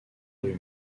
rue